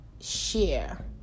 share